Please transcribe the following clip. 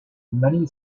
many